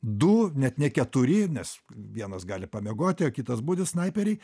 du net ne keturi nes vienas gali pamiegoti o kitas budi snaiperiai